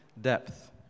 depth